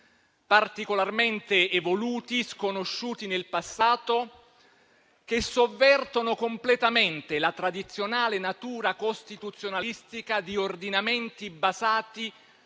particolarmente evoluti, sconosciuti nel passato, che sovvertono completamente la tradizionale natura costituzionalistica di ordinamenti basati